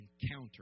encounter